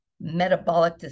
metabolic